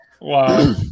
Wow